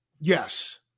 Yes